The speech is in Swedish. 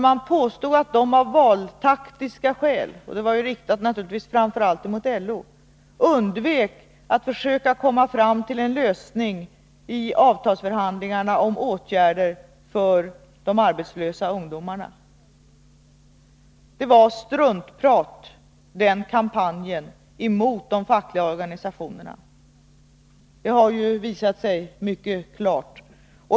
Man påstod att de av valtaktiska skäl undvek att försöka komma fram till en lösning i avtalsförhandlingarna om åtgärder för de arbetslösa ungdomarna. Detta var naturligtvis framför allt riktat mot LO. Denna kampanj mot de fackliga organisationerna var struntprat — det har ju visat sig mycket klart.